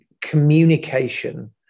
Communication